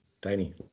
tiny